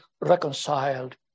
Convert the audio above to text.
reconciled